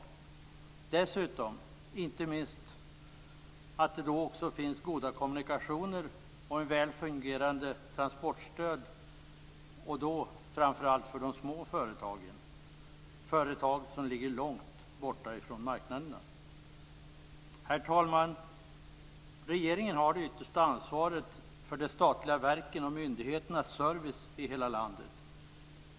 Det är dessutom inte minst viktigt att det finns goda kommunikationer och ett väl fungerande transportstöd. Det gäller framför allt för de små företag som ligger långt från marknaderna. Herr talman! Regeringen har det yttersta ansvaret för de statliga verkens och myndigheternas service i hela landet.